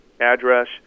address